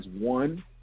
one